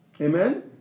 Amen